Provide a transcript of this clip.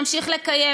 ואנחנו נמשיך לקיים.